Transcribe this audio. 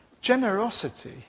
generosity